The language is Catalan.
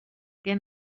què